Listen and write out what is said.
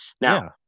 now